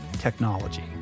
technology